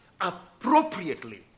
appropriately